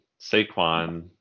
Saquon